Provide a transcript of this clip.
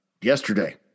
yesterday